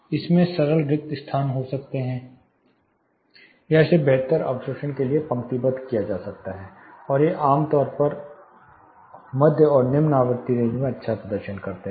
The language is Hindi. इसमें सरल रिक्त स्थान हो सकते हैं या इसे बेहतर अवशोषण के लिए पंक्तिबद्ध किया जा सकता है और ये आम तौर पर मध्य और निम्न आवृत्ति रेंज में अच्छा प्रदर्शन करते हैं